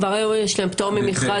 כבר היום יש להן פטור ממכרז.